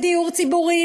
בדיור ציבורי,